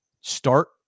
start